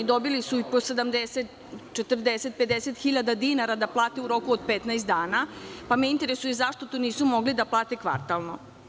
Dobili su i po 70, 40, 50 hiljada dinara da plate u roku od 15 dana, pa me interesuje zašto to nisu mogli da plate kvartalno?